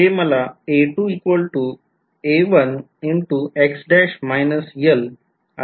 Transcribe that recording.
तर ते मला असे सांगत आहे